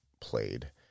played